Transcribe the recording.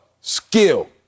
skill